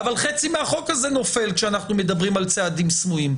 אבל חצי מהחוק הזה נופל כאשר אנחנו מדברים על צעדים סמויים.